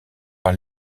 par